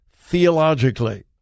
theologically